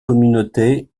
communautés